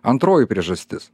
antroji priežastis